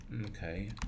Okay